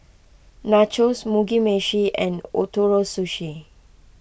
Nachos Mugi Meshi and Ootoro Sushi